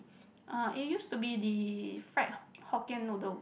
ah it used to be the fried Hokkien noodles